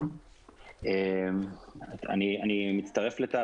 אני מצטרף לטל,